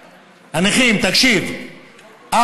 תקשיב,